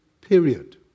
Period